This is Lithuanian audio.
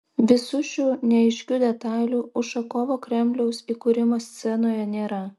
visų šių neaiškių detalių ušakovo kremliaus įkūrimo scenoje nėra